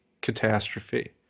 catastrophe